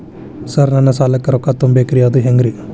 Sir ನನ್ನ ಸಾಲಕ್ಕ ರೊಕ್ಕ ತುಂಬೇಕ್ರಿ ಅದು ಹೆಂಗ್ರಿ?